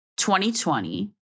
2020